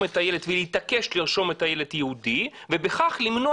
את הילד ולהתעקש לרשום את הילד יהודי ובכך למנוע